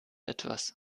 etwas